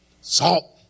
salt